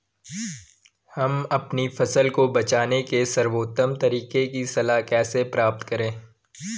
हम अपनी फसल को बचाने के सर्वोत्तम तरीके की सलाह कैसे प्राप्त करें?